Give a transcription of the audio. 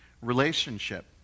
relationship